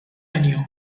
año